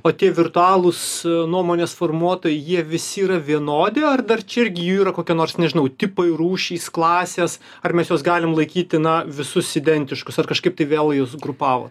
o tie virtualūs nuomonės formuotojai jie visi yra vienodi ar dar čia irgi jų yra kokie nors nežinau tipai rūšys klasės ar mes juos galim laikyti na visus identiškus ar kažkaip tai vėl juos grupavo